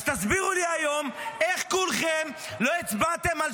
אז תסבירו לי היום איך כולכם לא הצבעתם על